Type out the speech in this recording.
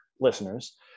listeners